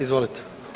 Izvolite.